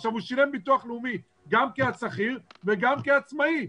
עכשיו, הוא שילם ביטוח לאומי גם כשכיר וגם כעצמאי.